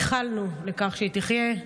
ייחלנו לכך שהיא תחיה.